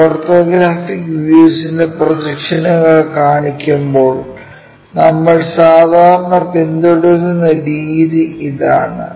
ഈ ഓർത്തോഗ്രാഫിക് വ്യൂസിന്റെ പ്രൊജക്ഷനുകൾ കാണിക്കുമ്പോൾ നമ്മൾ സാധാരണ പിന്തുടരുന്ന രീതി ഇതാണ്